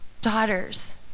daughters